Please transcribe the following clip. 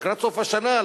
לקראת סוף השנה,